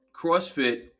CrossFit